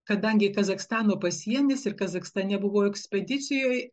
kadangi kazachstano pasienis ir kazachstane buvau ekspedicijoje